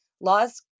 Law's